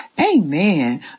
Amen